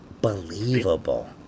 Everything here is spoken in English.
Believable